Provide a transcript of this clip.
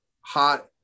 hot